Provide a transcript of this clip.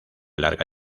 larga